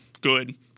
good